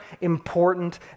important